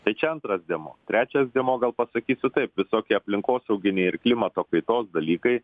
tai čia antras dėmuo trečias dėmuo gal pasakysiu taip visokie aplinkosauginiai ir klimato kaitos dalykai